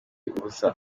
ubusa